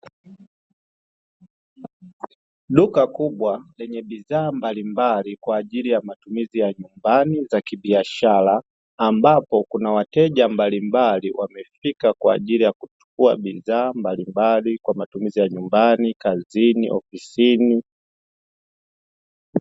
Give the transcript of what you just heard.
Duka kubwa lenye bidhaa mbalimbali kwa ajili ya matumizi za nyumbani za kibiashara, ambapo kuna wateja mbalimbali ambao wamefika kwa ajili ya kuchukua bidhaa mbalimbali kwa matumizi ya ofisini na nyumbani, kazini.